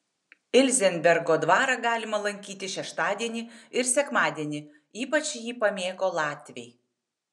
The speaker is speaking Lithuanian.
ilzenbergo dvarą galima lankyti šeštadienį ir sekmadienį ypač jį pamėgo latviai